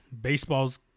baseball's